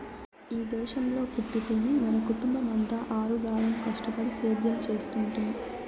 ఈ దేశంలో పుట్టితిమి మన కుటుంబమంతా ఆరుగాలం కష్టపడి సేద్యం చేస్తుంటిమి